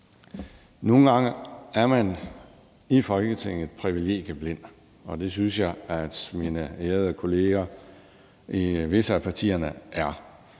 Nogle gange er man i Folketinget privilegieblind, og det synes jeg at mine ærede kolleger i visse af partierne er.